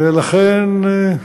ולכן,